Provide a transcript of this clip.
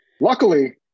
Luckily